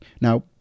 now